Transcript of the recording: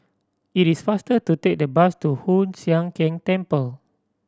it is faster to take the bus to Hoon Sian Keng Temple